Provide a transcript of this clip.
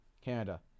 Canada